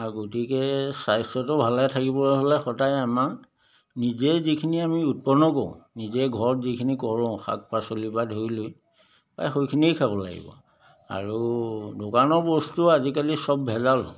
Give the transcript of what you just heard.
আৰু গতিকে স্বাস্থ্যটো ভালে থাকিবলৈ হ'লে সদায় আমাক নিজে যিখিনি আমি উৎপন্ন কৰোঁ নিজে ঘৰত যিখিনি কৰোঁ শাক পাচলিৰ পৰা ধৰি লৈ সেইখিনিয়ে খাব লাগিব আৰু দোকানৰ বস্তু আজিকালি সব ভেজাল